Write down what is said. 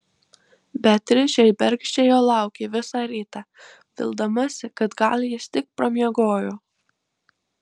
beatričė bergždžiai jo laukė visą rytą vildamasi kad gal jis tik pramiegojo